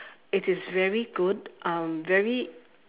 it is very good um very